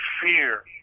fear